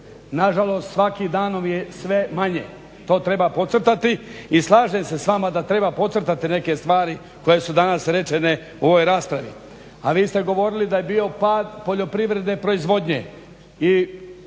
Nažalost, svakim danom je sve manje. To treba podcrtati. I slažem se s vama da treba podcrtati neke stvari koje su danas rečene u ovoj raspravi, a vi ste govorili da je bio pad poljoprivredne proizvodnje i